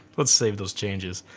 let's save those changes.